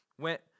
went